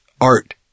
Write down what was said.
Art